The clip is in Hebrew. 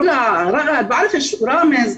רע'ד, ראמז..